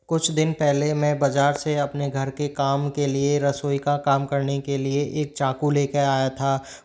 कुछ दिन पहले मैं बज़ार से अपने घर के काम के लिए रसोई का काम करने के लिए एक चाकू लेके आया था